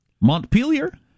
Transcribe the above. Montpelier